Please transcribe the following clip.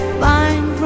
find